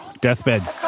Deathbed